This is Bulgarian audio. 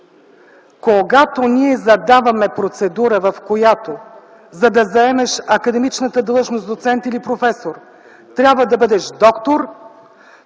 Когато ние задаваме процедура, в която, за да заемеш академичната длъжност „доцент” или „професор”, трябва да бъдеш „доктор”,